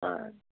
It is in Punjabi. ਹਾਂ